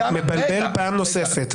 אתה מבלבל פעם נוספת.